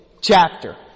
chapter